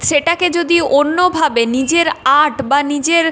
সেটাকে যদি অন্যভাবে নিজের আর্ট বা নিজের